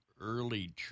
early